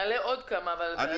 נעלה עוד כמה דוגמאות.